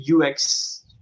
UX